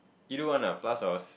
you do one ah plus or